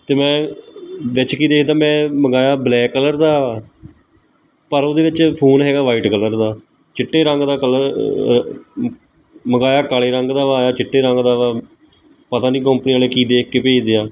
ਅਤੇ ਮੈਂ ਵਿੱਚ ਕੀ ਦੇਖਦਾ ਮੈਂ ਮੰਗਵਾਇਆ ਬਲੈਕ ਕਲਰ ਦਾ ਪਰ ਉਹਦੇ ਵਿੱਚ ਫੋਨ ਹੈਗਾ ਵਾਈਟ ਕਲਰ ਦਾ ਚਿੱਟੇ ਰੰਗ ਦਾ ਕਲਰ ਮੰਗਵਾਇਆ ਕਾਲੇ ਰੰਗ ਦਾ ਵਾ ਆਇਆ ਚਿੱਟੇ ਰੰਗ ਦਾ ਵਾ ਪਤਾ ਨਹੀਂ ਕੰਪਨੀਆਂ ਵਾਲੇ ਕੀ ਦੇਖ ਕੇ ਭੇਜਦੇ ਆ